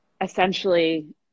essentially